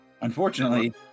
unfortunately